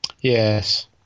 Yes